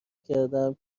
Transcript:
کردم